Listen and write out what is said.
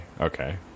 okay